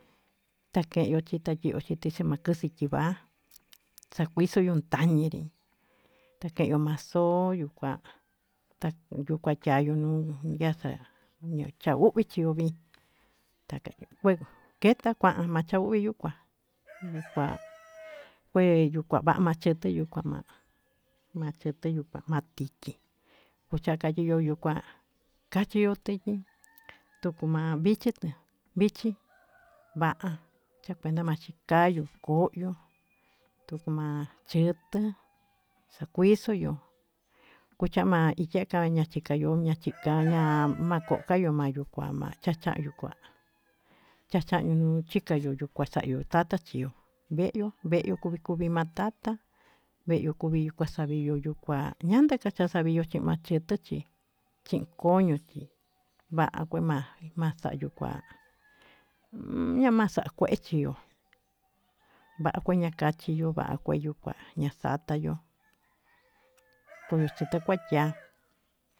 Ta ke'yo chi ta tyiyo chi tichi k+s+ sakuisoyo +n tañi'ri ta ke'yo ma soo yukua ta yukua tyayo nu yasa nu cha u'vi chio vi kue keta kua'an ma cha u'vi yukua kue yukua va'a ma chit+ yukua t+tyi kucha'an katyiyo yukua kachiyo tityi tuku ma vichi va'a cha kuenda ma xikayu ko'yo tuku ma ch+t+ sakuisoyo kucha'an ma kokayo ma chacha'a ma yukua chachañu nu chikayo yukua sa'yo tata chio ve'yo ve'yo kuvi kuvi ma tata ve'yo kuvi saviyo yukua ñand+ka chaviyo chi'i ma ch+t+ chi koño chi va'a kuema sa'an yukua nñama sa'an kue'e chiyo va'a kueña kachiyo va'a kueña yukua ña satayo koyo ch+t+ kuatya.